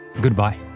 Goodbye